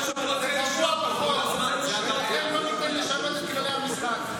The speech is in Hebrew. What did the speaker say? זה קבוע בחוק, ולכן לא ניתן לשנות את כללי המשחק.